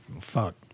fuck